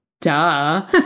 duh